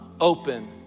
open